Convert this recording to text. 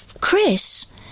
Chris